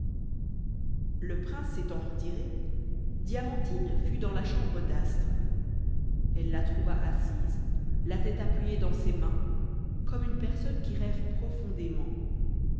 le prince s'étant retiré diamantine fut dans la chambre d'astre elle la trouva assise la tête appuyée dans ses mains comme une personne qui rêve pronfondément